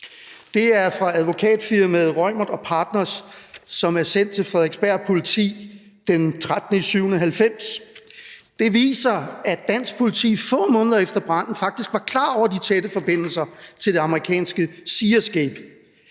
det er fra advokatfirmaet Reumert & Partnere og er sendt til Frederiksberg Politi den 13. juli 1990, og det viser, at dansk politi få måneder efter branden faktisk var klar over de tætte forbindelser til det amerikanske SeaEscape.